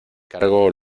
cargo